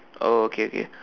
oh okay okay